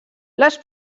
les